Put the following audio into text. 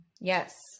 Yes